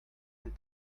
and